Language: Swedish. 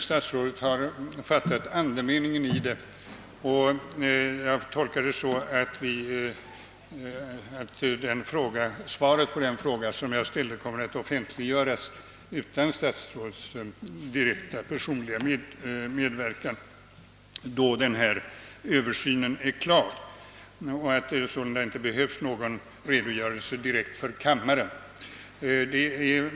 Statsrådet har emellertid fattat andemeningen, och jag tolkar svaret så att ett besked i den fråga jag tagit upp kommer att offentliggöras utan statsrådets direkta personliga medverkan, då översynen av taxesystemet är klar, och att det sålunda inte behövs någon redogörelse direkt inför kammaren.